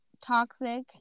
toxic